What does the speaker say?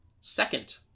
Second